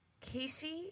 Casey